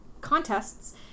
contests